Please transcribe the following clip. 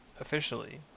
officially